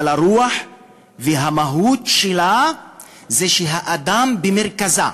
אבל הרוח והמהות שלה היא שהאדם במרכזה,